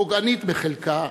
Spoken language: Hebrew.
פוגענית בחלקה.